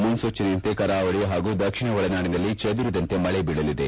ಮುನ್ಲೂಚನೆಯಂತೆ ಕರಾವಳಿ ಹಾಗೂ ದಕ್ಷಿಣ ಒಳನಾಡಿನಲ್ಲಿ ಚದುರಿದಂತೆ ಮಳೆ ಬೀಳಲಿದೆ